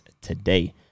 today